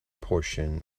portion